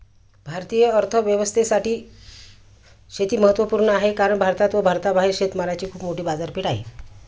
भारतीय अर्थव्यवस्थेसाठी शेती महत्वपूर्ण आहे कारण भारतात व भारताबाहेर शेतमालाची खूप मोठी बाजारपेठ आहे